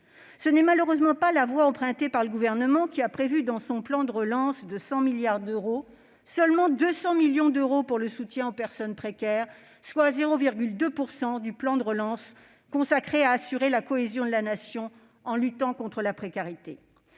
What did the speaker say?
Ce n'est malheureusement pas la voie empruntée par le Gouvernement, qui, dans son plan de relance de 100 milliards d'euros, n'a prévu que 200 millions d'euros pour le soutien aux personnes précaires. Autrement dit, 0,2 % des crédits du plan de relance sont destinés à assurer la cohésion de la Nation en luttant contre la précarité.